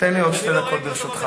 תן לי עוד שתי דקות, ברשותך.